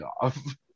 off